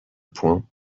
point